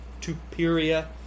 Tuperia